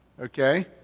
Okay